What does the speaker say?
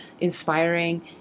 inspiring